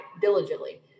diligently